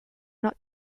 not